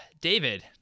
David